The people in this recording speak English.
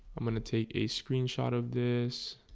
i'm gonna take a screenshot of this.